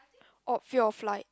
oh fear of like